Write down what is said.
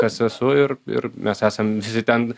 kas esu ir mes esame visi ten